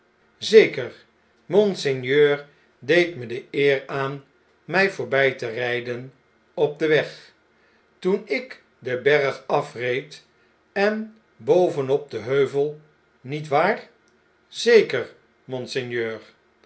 zeker monseigneur deed me de eer aan my voorbjj te ryden op weg toen ik den berg afreed enbovenopden heuvel niet waar zeker monseigneur